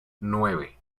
nueve